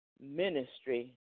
ministry